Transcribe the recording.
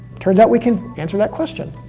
turns out we can answer that question.